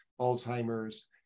Alzheimer's